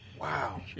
Wow